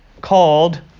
called